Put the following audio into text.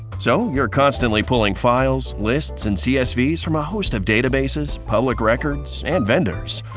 so you're constantly pulling files, lists and csvs from a host of databases, public records and vendors,